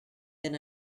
then